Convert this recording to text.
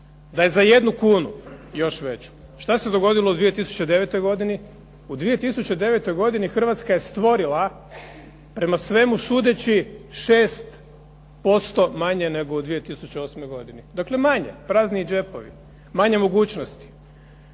Da je za jednu kunu, još veću. Šta se dogodilo u 2009. godini? U 2009. godini Hrvatska je stvorila prema svemu sudeći 6% manje nego u 2008. godini. Dakle manje, prazniji džepovi, manje mogućnosti,